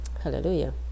hallelujah